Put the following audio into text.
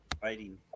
Fighting